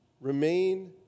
Remain